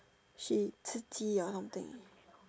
she 刺激 or something